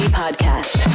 podcast